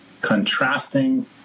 contrasting